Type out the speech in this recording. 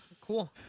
Cool